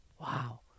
Wow